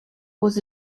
was